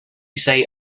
say